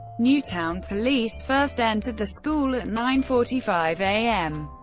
newtown police first entered the school at nine forty five a m.